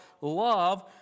love